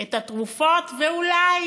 את התרופות, ואולי